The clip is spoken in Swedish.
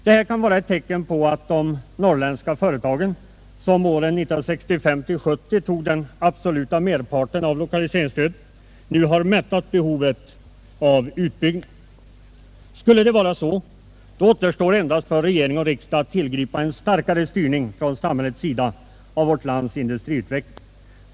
Detta kan vara ett tecken på att de norrländska företagen om åren 1965-1970 tog den absoluta merparten av lokaliseringsstödet nu har mättat behovet av utbyggnad. Skulle det vara så återstår för regering och riksdag endast att tillgripa en starkare styrning från samhällets sida av vårt lands industrisektor.